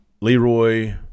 Leroy